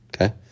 okay